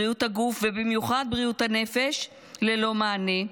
בריאות הגוף ובמיוחד בריאות הנפש ללא מענה.